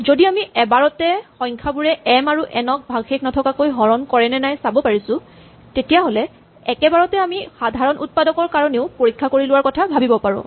যদি আমি এবাৰতে সংখ্যাবোৰে এম আৰু এন ক ভাগশেষ নথকাকৈ হৰণ কৰে নে নাই চাব পাৰিছো তেতিয়াহ'লে একেবাৰতে আমি সাধাৰণ উৎপাদকৰ কাৰণেও পৰীক্ষা কৰি লোৱাৰ কথা ভাৱিব পাৰো